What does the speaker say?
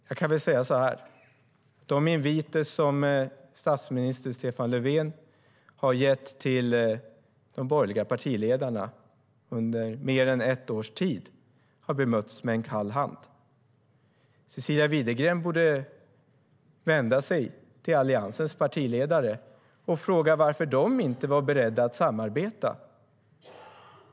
Jag kan säga så här: De inviter som statsminister Stefan Löfven har gett till de borgerliga partiledarna under mer än ett års tid har bemötts med en kall hand. Cecilia Widegren borde vända sig till Alliansens partiledare och fråga varför de inte var beredda att samarbeta.